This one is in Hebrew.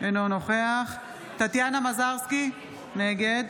אינו נוכח טטיאנה מזרסקי, נגד